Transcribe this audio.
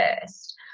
first